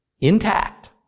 intact